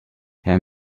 herr